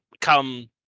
come